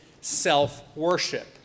self-worship